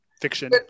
fiction